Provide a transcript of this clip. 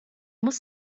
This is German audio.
muss